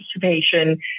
participation